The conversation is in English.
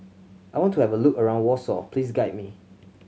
I want to have a look around Warsaw Please guide me